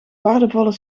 waardevolle